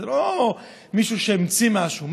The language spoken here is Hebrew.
זה לא מישהו שהמציא משהו,